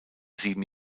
sieben